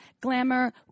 Glamour